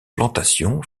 plantations